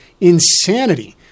insanity